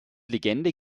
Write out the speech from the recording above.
legende